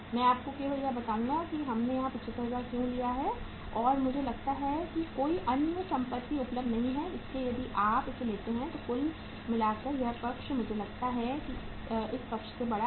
मैं आपको केवल यह बताऊंगा कि हमने यहां 75000 क्यों लिए हैं और मुझे लगता है कि कोई अन्य संपत्ति उपलब्ध नहीं है इसलिए यदि आप इसे लेते हैं और कुल मिलाकर यह पक्ष मुझे लगता है कि इस पक्ष से बड़ा है